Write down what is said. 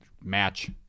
match